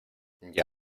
pero